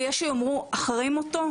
יש שיאמרו גם אחרי מותו,